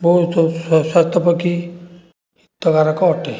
ବହୁତ ସ୍ୱାସ୍ଥ୍ୟ ପକ୍ଷେ ହିତକାରକ ଅଟେ